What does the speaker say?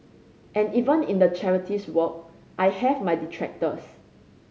and even in the charities work I have my detractors